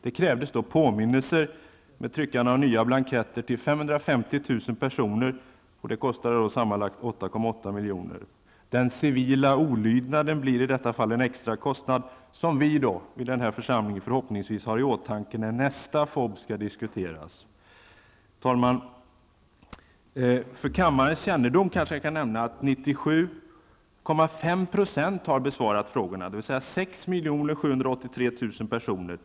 Det krävdes påminnelser, med tryckande av nya blanketter till 550 000 Den civila olydnaden blir i detta fall en extra kostnad, som vi i den här församlingen förhoppningsvis har i åtanke när nästa FoB skall diskuteras. Herr talman! För kammarens kännedom kanske jag kan nämna att 97,5 % har besvarat frågorna, dvs. 6 783 000 personer.